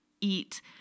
eat